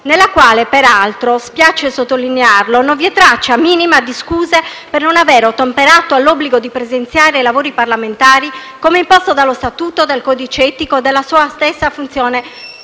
nella quale, peraltro - spiace sottolinearlo - non vi è traccia minima di scuse per non aver ottemperato all'obbligo di presenziare ai lavori parlamentari come imposto dallo statuto, dal codice etico e dalla stessa funzione